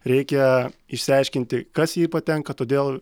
reikia išsiaiškinti kas į jį patenka todėl